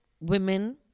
women